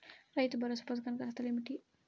రైతు భరోసా పథకానికి అర్హతలు ఏమిటీ?